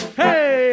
hey